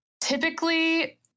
typically